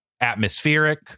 atmospheric